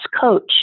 coach